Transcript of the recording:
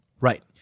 Right